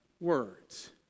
words